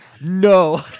No